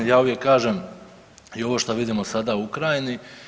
Ja uvijek kažem i ovo što vidimo sada u Ukrajini.